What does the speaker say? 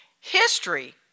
history